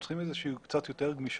צריך קצת יותר גמישות.